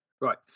Right